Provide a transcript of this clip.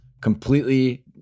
completely